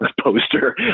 poster